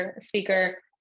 speaker